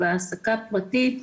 או בהעסקה פרטית,